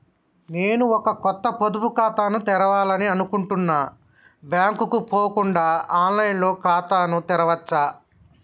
నేను ఒక కొత్త పొదుపు ఖాతాను తెరవాలని అనుకుంటున్నా బ్యాంక్ కు పోకుండా ఆన్ లైన్ లో ఖాతాను తెరవవచ్చా?